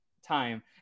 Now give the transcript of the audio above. time